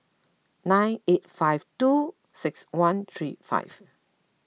nine eight five two six one three five